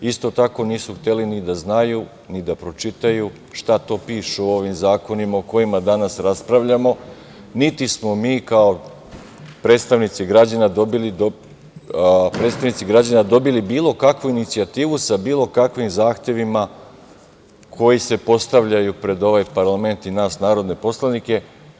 Isto tako, nisu hteli ni da znaju, ni da pročitaju šta to piše u ovim zakonima o kojima danas raspravljamo, niti smo mi kao predstavnici građana dobili bilo kakvu inicijativu sa bilo kakvim zahtevima koji se postavljaju pred ovaj parlament i nas narodne poslanike.